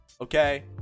okay